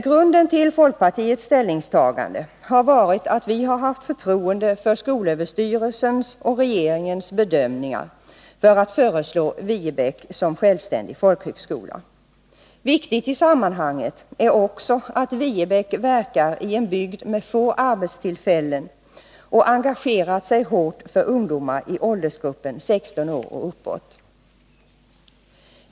Grunden till folkpartiets ställningstagande har varit att vi har haft förtroende för skolöverstyrelsens och regeringens bedömningar när det gällt att föreslå Viebäck som självständig folkhögskola. Viktigt i sammanhanget är också att Viebäck verkar i en bygd med få arbetstillfällen och har engagerat sig hårt för ungdomar i åldersgruppen 16 år och uppåt.